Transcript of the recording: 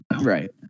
Right